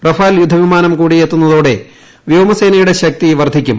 Rafale യുദ്ധവിമാനം കൂടി എത്തുന്ന തോടെ വ്യോമസേനയുടെ ശക്തി വർധിക്കും